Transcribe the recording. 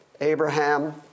Abraham